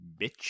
Bitch